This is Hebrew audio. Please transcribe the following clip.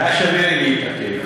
היה שווה להתעכב.